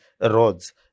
roads